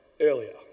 earlier